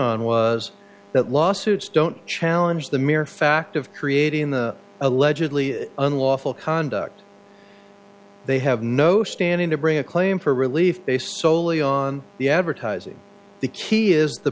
on was that lawsuits don't challenge the mere fact of creating in the allegedly unlawful conduct they have no standing to bring a claim for relief based soley on the advertising the key is t